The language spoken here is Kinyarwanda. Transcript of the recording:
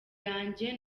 yanjye